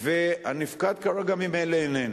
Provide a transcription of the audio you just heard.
והנפקד כרגע ממילא איננו,